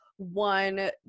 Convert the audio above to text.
one